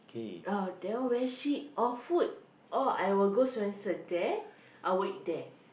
ah they all very cheap or food oh I will go Swensen there I will eat there